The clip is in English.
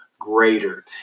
greater